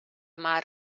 mar